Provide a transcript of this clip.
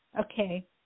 Okay